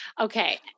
Okay